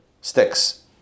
sticks